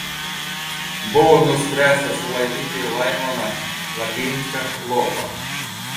buvo nuspręsta sulaikyti laimoną lapinską lopą